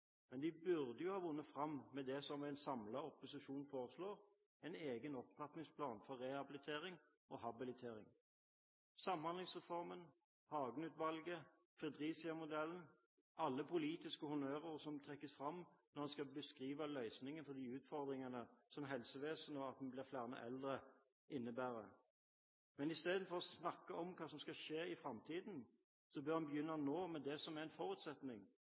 men de burde jo ha vunnet fram med det en samlet opposisjon foreslår: en egen opptrappingsplan for rehabilitering og habilitering. Samhandlingsreformen, Hagen-utvalget, Fredericia-modellen – alle er politiske honnørord som trekkes fram når en skal beskrive løsningene på de utfordringene helsevesenet har ved at det blir flere eldre. Istedenfor å snakke om hva som skal skje i framtiden, bør en begynne nå, med det som er en forutsetning,